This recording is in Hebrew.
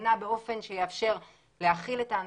להפגנה באופן שיאפשר להכיל את האנשים.